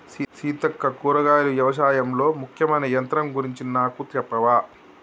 సీతక్క కూరగాయలు యవశాయంలో ముఖ్యమైన యంత్రం గురించి నాకు సెప్పవా